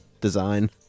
design